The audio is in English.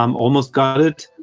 um almost got it,